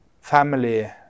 family